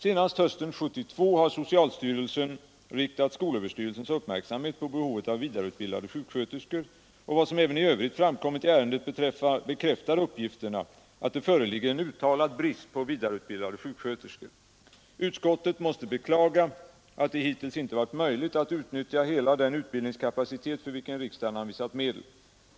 Senast hösten 1972 har socialstyrelsen riktat skolöverstyrelsens uppmärksamhet på behovet av vidareutbildade sjuksköterskor, och vad som även i övrigt framkommit i ärendet bekräftar uppgifterna att det föreligger en uttalad brist på vidareutbildade sjuksköterskor. Utskottet måste beklaga att det hittills inte varit möjligt att utnyttja hela den utbildningskapacitet för vilken riksdagen anvisat medel.